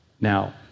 Now